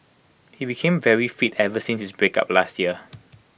he became very fit ever since his breakup last year